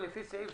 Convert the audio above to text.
ולפי סעיף-סעיף,